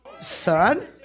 Son